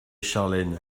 charlène